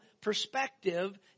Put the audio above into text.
perspective